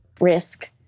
risk